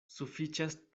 sufiĉas